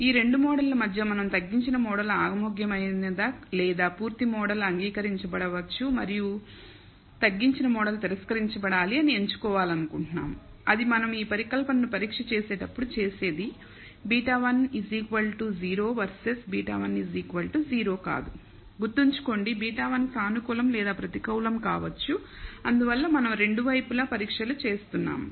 ఈ రెండు మోడళ్ల మధ్య మనం తగ్గించిన మోడల్ ఆమోదయోగ్యమైనది లేదా పూర్తి మోడల్ అంగీకరించబడవచ్చు మరియు తగ్గించిన మోడల్ తిరస్కరించబడాలి అని ఎంచుకోవాలనుకుంటున్నాము అది మనం ఈ పరికల్పనను పరీక్ష చేసేటప్పుడు చేసేది β1 0 వర్సెస్ β1 0 కాదు గుర్తుంచుకోండి β1 సానుకూలం లేదా ప్రతికూలం కావచ్చు అందువల్ల మనం రెండు వైపుల పరీక్ష చేస్తున్నాము